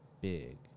big